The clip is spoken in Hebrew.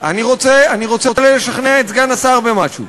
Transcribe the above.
אני רוצה לשכנע את סגן השר במשהו.